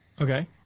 Okay